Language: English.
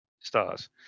Stars